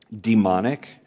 demonic